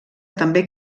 també